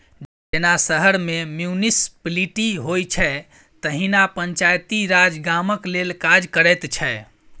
जेना शहर मे म्युनिसप्लिटी होइ छै तहिना पंचायती राज गामक लेल काज करैत छै